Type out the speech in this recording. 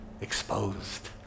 exposed